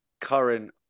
current